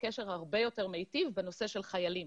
קשר הרבה יותר מיטיב בנושא של חיילים.